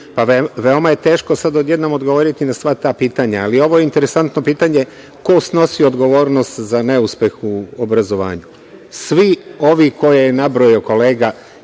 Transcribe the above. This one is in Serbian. Veoma je teško sad odjednom odgovoriti na sva ta pitanja, ali ovo je interesantno pitanje – ko snosi odgovornost za neuspeh u obrazovanju? Svi ovi koje je nabrojao kolega